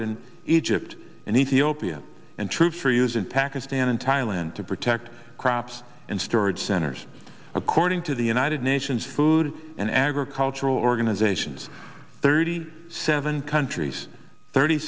in egypt and ethiopia and troops are use in pakistan in thailand to protect crops and storage centers according to the united nations food and agricultural organizations thirty seven countries thirty